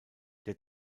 der